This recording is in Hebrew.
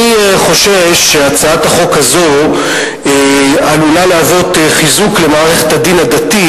אני חושש שהצעת החוק הזאת עלולה להוות חיזוק למערכת הדין הדתי,